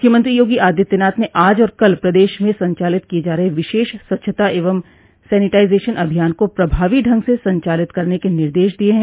मुख्यमंत्री योगी आदित्यनाथ ने आज और कल प्रदेश में संचालित किये जा रहे विशेष स्वच्छता एवं सैनिटाइजेशन अभियान को प्रभावी ढंग से संचगिलत करने के निर्देश दिये हैं